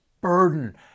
burden